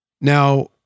Now